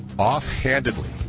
Offhandedly